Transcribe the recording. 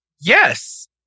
Yes